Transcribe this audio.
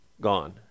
gone